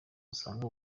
usanga